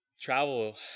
travel